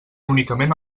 únicament